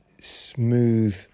smooth